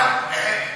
היושב-ראש,